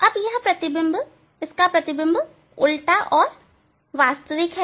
अब यह प्रतिबिंब उल्टा और वास्तविक है